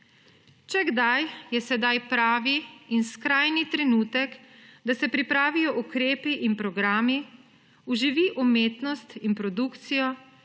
Če kdaj, je sedaj pravi in skrajni trenutek, da se pripravijo ukrepi in programi, oživi umetnost in produkcijo